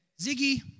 Ziggy